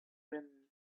rim